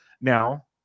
Now